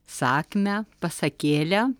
sakmę pasakėlę